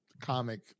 comic